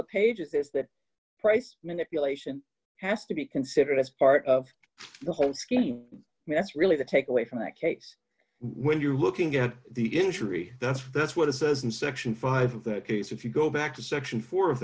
for pages is that price manipulation has to be considered as part of the whole scheme and that's really the take away from that case when you're looking at the injury that's that's what it says in section five of that case if you go back to section fo